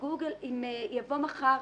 אם תבוא מחר